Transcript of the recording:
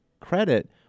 credit